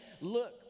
look